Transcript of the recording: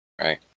right